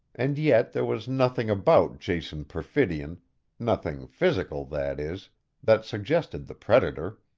and yet there was nothing about jason perfidion nothing physical, that is that suggested the predator.